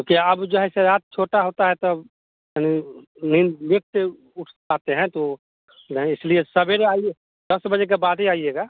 तो क्या अब जो है साहब छोटा होता है तब नहीं नींद देखते उठ पाते हैं तो नहीं इसलिए सवेरे आइए दस बजे के बाद ही आइएगा